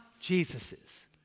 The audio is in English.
Jesus's